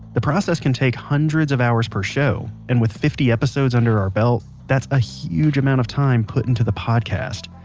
the process can take hundreds of hours per show, and with fifty episodes under our belt, that's a huge amount of time put into the podcast.